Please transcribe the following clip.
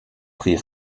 pris